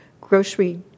grocery